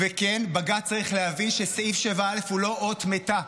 וכן, בג"ץ צריך להבין שסעיף 7א הוא לא אות מתה.